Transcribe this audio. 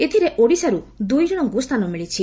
ଏଥିରେ ଓଡ଼ିଶାରୁ ଦୁଇ ଜଶଙ୍କୁ ସ୍ଥାନ ମିଳିଛି